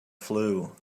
flu